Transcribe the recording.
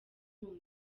muri